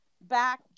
back